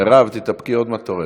מירב, תתאפקי.